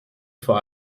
vor